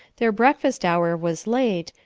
their breakfast hour was late,